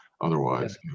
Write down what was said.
Otherwise